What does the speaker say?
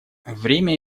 время